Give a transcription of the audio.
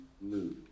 Move